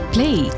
Play